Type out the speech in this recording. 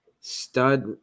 Stud